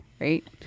right